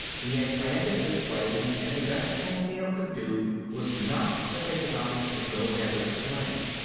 he had planned it this way and the best thing neel could do was not to think about it and go ahead with the plan.